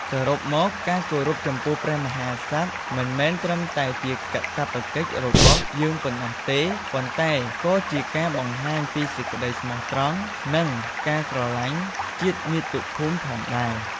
សរុបមក ការគោរពចំពោះព្រះមហាក្សត្រ មិនមែនត្រឹមតែជាកាតព្វកិច្ចរបស់យើងប៉ុណ្ណោះទេ ប៉ុន្តែក៏ជាការបង្ហាញពីសេចក្តីស្មោះត្រង់ និងការស្រឡាញ់ជាតិមាតុភូមិផងដែរ។